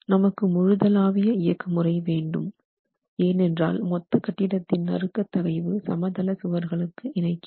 நமக்கு முழுதளாவிய இயக்கமுறை வேண்டும் ஏனென்றால் மொத்த கட்டிடத்தின் நறுக்க தகைவு சமதள சுவர்களுக்கு இணைக்கிறோம்